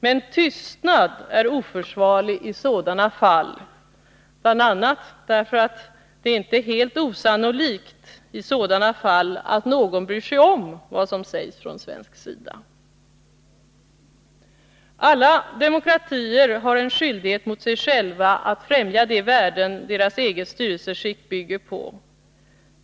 Men tystnad är oförsvarlig i sådana fall, bl.a. därför att det i dessa sammanhang inte är helt osannolikt att någon bryr sig om vad som sägs från svensk sida. ”Alla demokratier har en skyldighet mot sig själva att främja de värden deras eget styrelseskick bygger på.